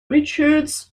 richards